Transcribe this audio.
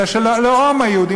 אלא של הלאום היהודי,